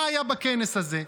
מה היה בכנס הזה?